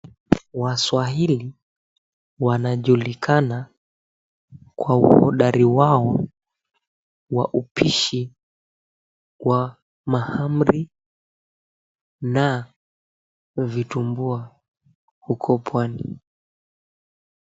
Waswahili wanajulikana kwa uhodari wao wa upishi wa mahamri na vitumbua huko pwani.